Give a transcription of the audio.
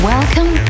Welcome